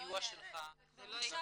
סיוע שלך -- אבל זה לא קורה.